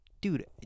Dude